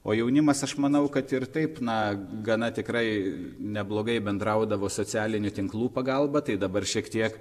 o jaunimas aš manau kad ir taip na gana tikrai neblogai bendraudavo socialinių tinklų pagalba tai dabar šiek tiek